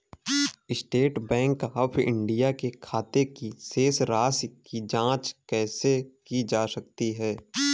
State bank of India के खाते की शेष राशि की जॉंच कैसे की जा सकती है?